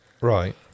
right